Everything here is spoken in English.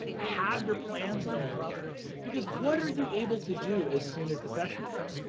have your plans go awry because what are you able to do as soon as the session ends?